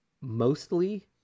mostly